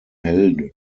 helden